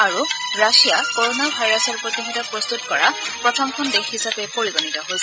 আৰু Russia corona ভাইৰাছৰ প্ৰতিষেধক প্ৰস্তত কৰা প্ৰথমখন দেশ হিচাপে পৰিগণিত হৈছে